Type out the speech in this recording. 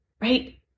right